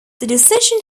decision